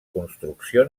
construcció